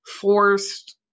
forced